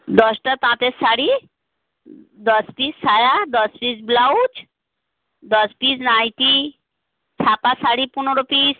দশটা তাঁতের শাড়ি দশ পিস শায়া দশ পিস ব্লাউজ দশ পিস নাইটি ছাপা শাড়ি পনোরো পিস